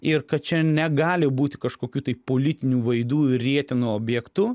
ir kad čia negali būti kažkokių tai politinių vaidų ir rietenų objektu